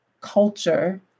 culture